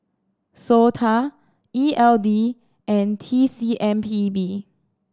SOTA E L D and T C M P B